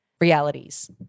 realities